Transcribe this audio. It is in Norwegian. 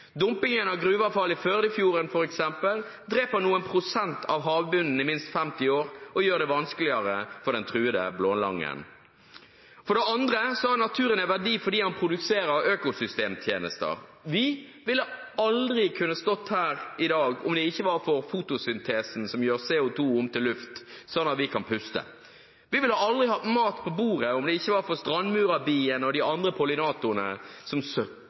Dumpingen av gruveavfall i Førdefjorden, f.eks., dreper noen prosent av havbunnen i minst 50 år og gjør det vanskeligere for den truede blålangen. For det andre har naturen en verdi fordi den produserer økosystemtjenester. Vi ville aldri kunnet stått her i dag om det ikke var for fotosyntesen, som gjør CO2 om til luft, sånn at vi kan puste. Vi ville aldri hatt mat på bordet om det ikke var for strandmurerbien og de andre pollinatorene som